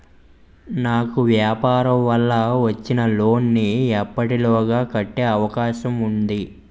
నాకు వ్యాపార వల్ల వచ్చిన లోన్ నీ ఎప్పటిలోగా కట్టే అవకాశం ఉంది?